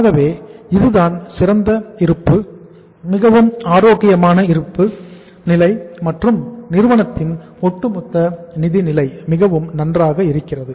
ஆகவே இதுதான் சிறந்த இருப்பு மிகவும் ஆரோக்கியமான இருப்பு நிலை மற்றும் நிறுவனத்தின் ஒட்டுமொத்த நிதி நிலை மிகவும் நன்றாக இருக்கிறது